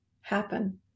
happen